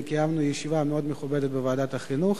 קיימנו ישיבה מאוד מכובדת בוועדת החינוך